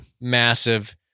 massive